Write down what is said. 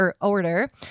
order